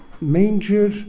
manger